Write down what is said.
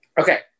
Okay